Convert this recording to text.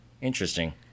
Interesting